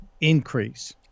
increase